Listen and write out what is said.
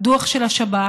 דוח של השב"כ,